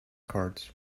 cards